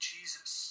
Jesus